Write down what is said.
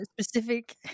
specific